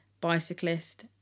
Bicyclist